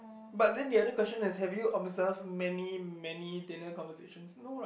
but then the other question is have you observe many many dinner conversations no right